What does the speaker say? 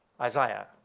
Isaiah